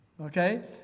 Okay